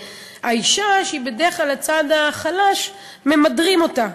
והאישה, שהיא בדרך כלל הצד החלש, ממדרים אותה,